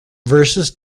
verses